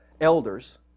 elders